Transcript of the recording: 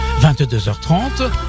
22h30